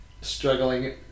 struggling